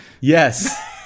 Yes